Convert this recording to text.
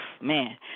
man